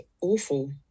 awful